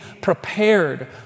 prepared